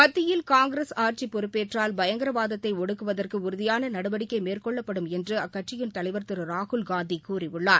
மத்தியில் காங்கிரஸ் ஆட்சி பொறுப்பேற்றால் பயங்கரவாதத்தை ஒடுக்குவதற்கு உறுதியான நடவடிக்கை மேற்கொள்ளப்படும் என்று அக்கட்சியின் தலைவர் திரு ராகுல்காந்தி கூறியுள்ளார்